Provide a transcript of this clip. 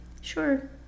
sure